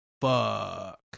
fuck